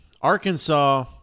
Arkansas